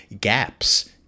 gaps